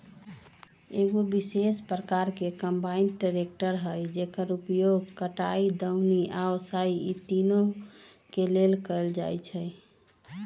एगो विशेष प्रकार के कंबाइन ट्रेकटर हइ जेकर उपयोग कटाई, दौनी आ ओसाबे इ तिनों के लेल कएल जाइ छइ